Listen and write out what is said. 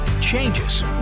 Changes